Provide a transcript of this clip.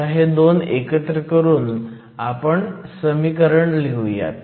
आता हे 2 एकत्र करून आपण समीकरण लिहुयात